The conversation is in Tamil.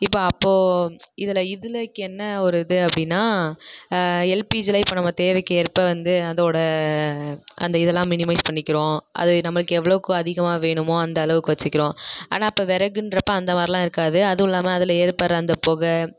இப்போ அப்போது இதில் இதிலக்கி என்ன ஒரு இது அப்படின்னா எல்பிஜியில் இப்போ நம்ம தேவைக்கு ஏற்ப வந்து அதோட அந்த இதெல்லாம் மினிமைஸ் பண்ணிக்கிறோம் அது நம்மளுக்கு எவ்வளோவுக்கு அதிகமாக வேணுமோ அந்த அளவுக்கு வச்சுக்கிறோம் ஆனால் அப்போ விறகுகிறப்ப அந்த மாதிரிலாம் இருக்காது அதுவும் இல்லாமல் அதில் ஏற்படுற அந்த புகை